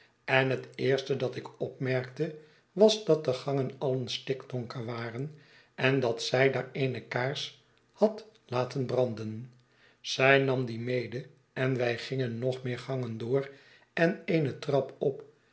en het eerste dat ik opmerkte was dat de gangen alien stikdonker waren en dat zij daar eene kaars had laten branden zij nam die mede en wij gingen nog meer gangen door en eene trap op